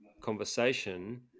conversation